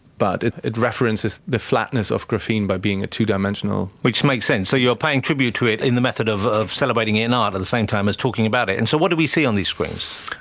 but it it references the flatness of graphene by being two-dimensional. which makes sense, so you are paying tribute to it in the method of of celebrating it in art at the same time as talking about it. and so what do we see on these screens?